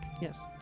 Yes